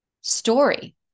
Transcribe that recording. story